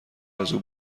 ازاو